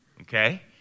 okay